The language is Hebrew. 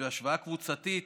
בהשוואה קבוצתית